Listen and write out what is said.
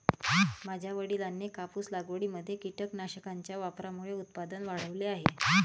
माझ्या वडिलांनी कापूस लागवडीमध्ये कीटकनाशकांच्या वापरामुळे उत्पादन वाढवले आहे